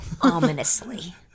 ominously